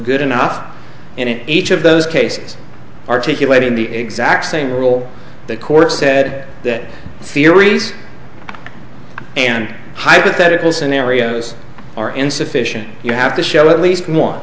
good enough and each of those cases articulated the exact same rule the court said that theories and hypothetical scenarios are insufficient you have to show at least one